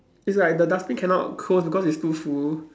it's like the dustbin cannot close because it's too full